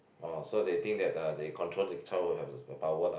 orh so they think that uh they control the child will have the power lah